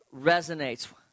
resonates